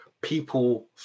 people